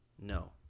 no